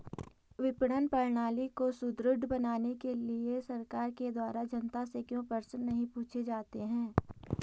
विपणन प्रणाली को सुदृढ़ बनाने के लिए सरकार के द्वारा जनता से क्यों प्रश्न नहीं पूछे जाते हैं?